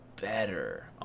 better